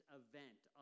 event